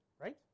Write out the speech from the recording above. Right